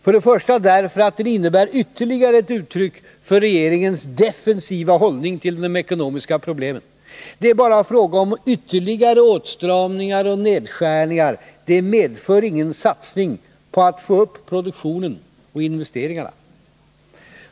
För det första därför att den innebär ytterligare ett uttryck för regeringens defensiva hållning till de ekonomiska problemen. Det är bara fråga om ytterligare åtstramningar och nedskärningar. Den medför ingen satsning på att få upp produktionen och investeringarna.